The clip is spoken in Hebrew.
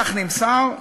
כך נמסר,